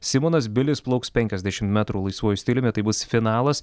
simonas bilis plauks penkiasdešim metrų laisvuoju stiliumi tai bus finalas